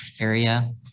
area